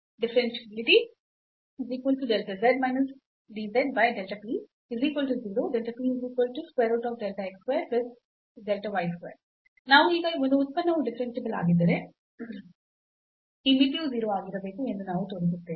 Differentiability ನಾವು ಈಗ ಒಂದು ಉತ್ಪನ್ನವು ಡಿಫರೆನ್ಸಿಬಲ್ ಆಗಿದ್ದರೆ ಈ ಮಿತಿಯು 0 ಆಗಿರಬೇಕು ಎಂದು ನಾವು ತೋರಿಸುತ್ತೇವೆ